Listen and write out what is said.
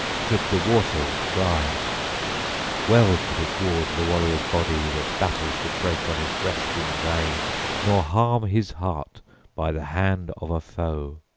should the waters try well could it ward the warrior's body that battle should break on his breast in vain nor harm his heart by the hand of a foe.